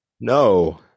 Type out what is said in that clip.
No